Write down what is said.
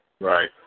Right